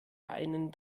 einen